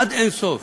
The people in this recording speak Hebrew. עד אין-סוף.